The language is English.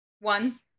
one